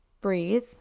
breathe